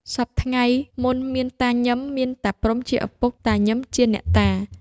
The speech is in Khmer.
សព្វថ្ងៃមុនមានតាញឹម មានតាព្រំុជាឪពុក តាញឹមជាអ្នកតា។